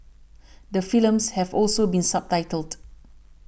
the films have also been subtitled